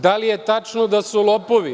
Da li je tačno da su lopovi?